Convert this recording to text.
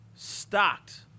stocked